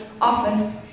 office